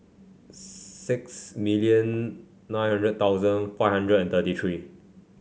six million nine hundred thousand five hundred and thirty three